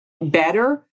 better